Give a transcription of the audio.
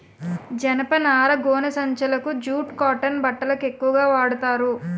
జనపనార గోనె సంచులకు జూట్ కాటన్ బట్టలకు ఎక్కువుగా వాడతారు